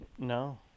No